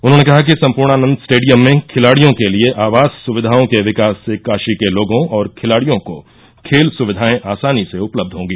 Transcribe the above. उन्होंने कहा कि सम्पूर्णानन्द स्टेडियम में खिलाड़ियों के लिये आवास सुविधाओं के विकास से काशी के लोगों और खिलाड़ियों को खेल स्विधायें आसानी से उपलब्ध होगी